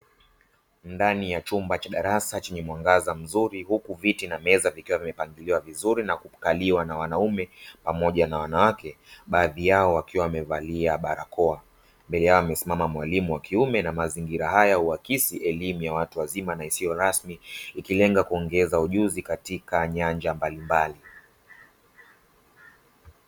Ndani ya chumba cha darasa chenye mwangaza mzuri, huku viti na meza vikiwa vimepangiliwa vizuri na kukaliwa na wanaume pamoja na wanawake, baadhi yao wakiwa wamevalia barakoa. Mbele yao amesimama mwalimu wa kiume na mazingira haya huakisi elimu ya watu wazima na elimu isiyo rasmi, ikilenga kuongeza ujuzi katika nyanja mbalimbali.